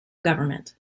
government